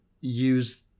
use